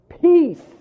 Peace